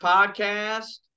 Podcast